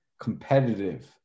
competitive